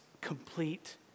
complete